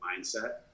mindset